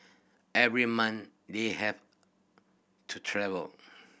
every month they have to travel